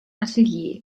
atelier